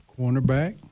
cornerback